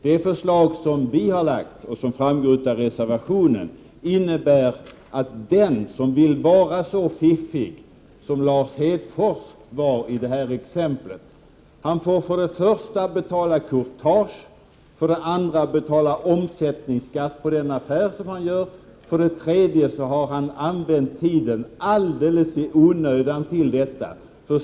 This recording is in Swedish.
Det förslag vi har lagt fram, som framgår av reservationen, innebär att den som vill vara så fiffig som Lars Hedfors var i det här exemplet, får för det första betala courtage och för det andra betala omsättningsskatt på den affär han gör. För det tredje har han använt tid alldeles i onödan till detta.